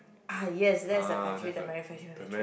ah yes that's a factory the manufacturing factory